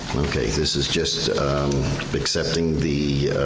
okay, this is just accepting the.